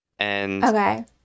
Okay